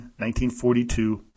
1942